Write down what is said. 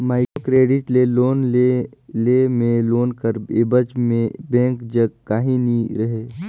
micro credit ले loan लेय में लोन कर एबज में बेंक जग काहीं नी रहें